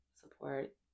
support